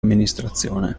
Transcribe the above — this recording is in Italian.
amministrazione